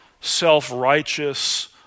self-righteous